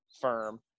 firm